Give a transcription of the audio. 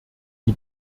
die